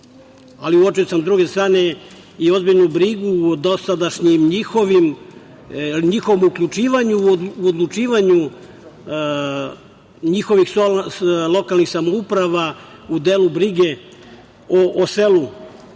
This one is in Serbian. Ali, uočio sam, s druge strane, i ozbiljnu brigu o dosadašnjem njihovom uključivanju u odlučivanju njihovih lokalnih samouprava u delu brige o selu. Zbog